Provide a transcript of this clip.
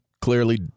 clearly